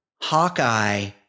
Hawkeye